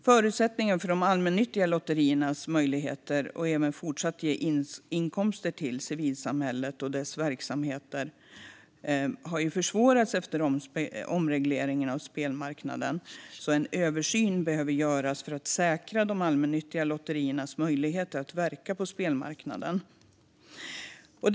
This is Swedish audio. Förutsättningarna för de allmännyttiga lotteriernas möjligheter att även fortsatt kunna ge inkomster till civilsamhället och dess verksamheter har försvårats efter omregleringen av spelmarknaden. En översyn behöver göras för att säkra de allmännyttiga lotteriernas möjligheter att verka på spelmarknaden. Herr talman!